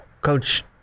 Coach